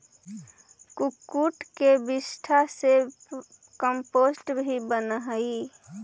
कुक्कुट के विष्ठा से कम्पोस्ट भी बनअ हई